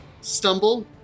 stumble